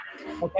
okay